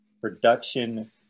production